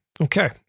okay